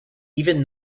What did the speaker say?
even